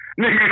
Nigga